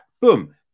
boom